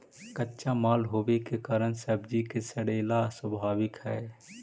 कच्चा माल होवे के कारण सब्जि के सड़ेला स्वाभाविक हइ